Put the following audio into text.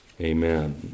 Amen